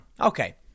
Okay